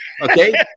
Okay